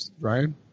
Ryan